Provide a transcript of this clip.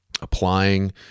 applying